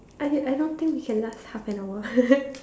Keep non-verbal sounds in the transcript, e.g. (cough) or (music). as in I don't think we can last half an hour (laughs)